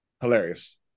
Hilarious